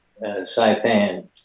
Saipan